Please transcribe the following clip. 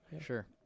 Sure